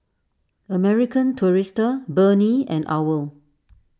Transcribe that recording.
American Tourister Burnie and Owl